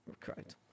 Correct